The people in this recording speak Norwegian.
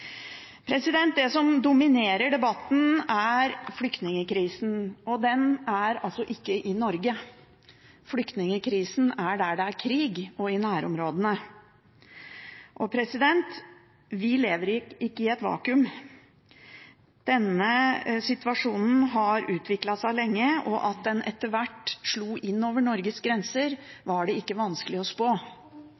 Det som dominerer debatten, er flyktningkrisen. Den er altså ikke i Norge, flyktningkrisen er der det er krig og i nærområdene. Vi lever ikke i et vakuum. Denne situasjonen har utviklet seg lenge, og at den etter hvert slo inn over Norges grenser, var ikke vanskelig å spå.